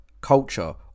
culture